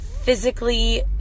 physically